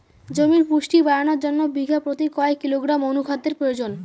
জমির পুষ্টি বাড়ানোর জন্য বিঘা প্রতি কয় কিলোগ্রাম অণু খাদ্যের প্রয়োজন?